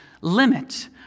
Limit